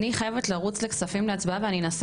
אני חייבת לרוץ להצבעה בוועדת כספים ואני מקווה